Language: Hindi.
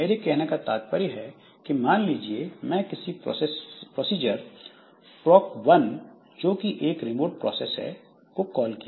मेरे कहने का तात्पर्य है कि मान लीजिए मैंने किसी प्रोसीजर proc 1 जो कि एक रिमोट प्रोसेस है को कॉल किया